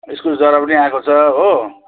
इस्कुसको जरा पनि आएको छ हो